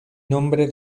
nombre